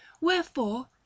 wherefore